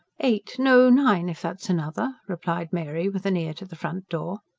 eight no, nine, if that's another, replied mary, with an ear to the front door.